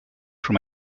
from